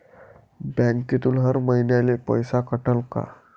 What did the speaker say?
बँकेतून हर महिन्याले पैसा कटन का?